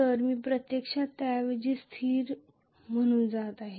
तर मी प्रत्यक्षात त्याऐवजी स्थिर प्रवाह म्हणून जात आहे